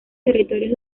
territorios